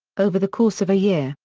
over the course of a year,